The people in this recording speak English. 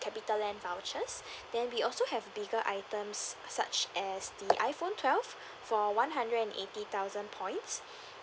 capitaland vouchers then we also have bigger items such as the iphone twelve for one hundred and eighty thousand points